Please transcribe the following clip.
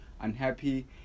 unhappy